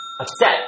Upset